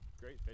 great